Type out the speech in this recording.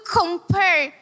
compare